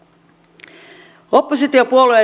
ei ole